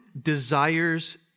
desires